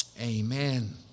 Amen